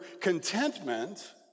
contentment